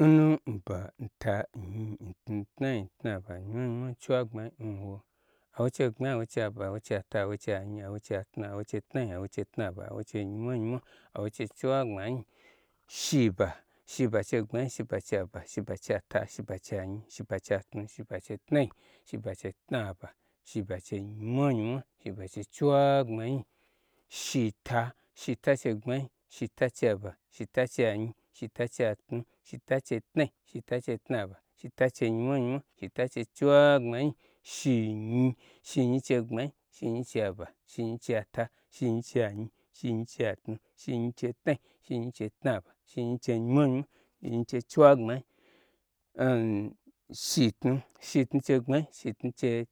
Nnu, nba, nta, nnyi, ntnu, tnai tnaba nyimwa nyi mwa, chiwagbmanyi, nwo, awo chiei gbmanyi, awo chei aba, awo chei ata, awo chei anyi, awo chei atnu, awo chei tnai, awo chei tnaba, awo chei nyimwa nyimwa, awo chei chiwagbmanyi. Shi ba shi ba chei gbmanyi, shi ba cha ba, shiba cha ta, shi ba chanyi, shiba cha tnu, shiba chei tnar, shiba chei tnaba, shiba chei nyi mwa nyi mwa, shiba chei chiwa gbmanyi. Shita shita chei gbmanyi, shita chei aba shita chei anyi, shita chei atnu, shita chei tnai shita chei tnaba shita chei nyimwa nyi mwa shita chei chiwa gbmanyi, shi nyi shi nyi chei gbmanyi, shi nyi cha aba, shi nyi chei ata, shi nyi chei anyi, shi nyi chei atnu, shi nyi chei tnai, shi nyi chei tna ba shi nyi chei nyimwa nyimwa, shin yi chei chi wa gbmanyi. shi tnu shi tnu chei gbmanyi, shitnu chei